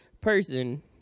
person